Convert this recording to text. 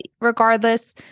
regardless